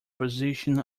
position